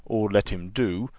or let him do,